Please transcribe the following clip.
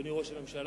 אדוני ראש הממשלה,